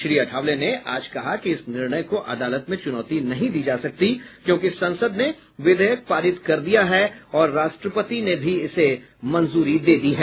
श्री अठावले ने आज कहा कि इस निर्णय को अदालत में चुनौती नहीं दी जा सकती क्योंकि संसद ने विधेयक पारित कर दिया है और राष्ट्रपति ने भी इसे मंजूरी दे दी है